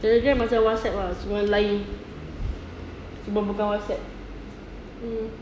telegram macam whatsapp ah cuma lain cuma bukan whatsapp mm